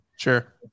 Sure